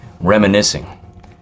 Reminiscing